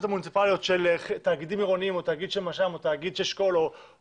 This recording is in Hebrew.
המוניציפליות של תאגידים עירוניים או תאגיד של מרכז שלטון מקומי